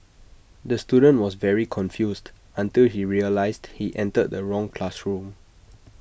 the student was very confused until he realised he entered the wrong classroom